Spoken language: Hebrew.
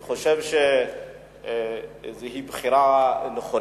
אני חושב שזו בחירה נכונה.